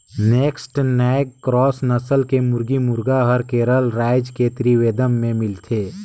naked neck cross नसल के मुरगी, मुरगा हर केरल रायज के त्रिवेंद्रम में मिलथे